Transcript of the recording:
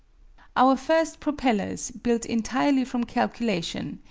our first propellers, built entirely from calculation,